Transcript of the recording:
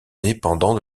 dépendant